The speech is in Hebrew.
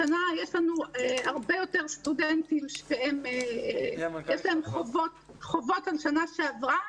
השנה יש לנו הרבה יותר סטודנטים שיש להם חובות בגין שנה שעברה,